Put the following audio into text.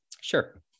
Sure